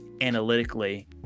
analytically